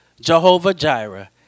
Jehovah-Jireh